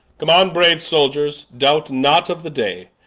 come on braue souldiors doubt not of the day,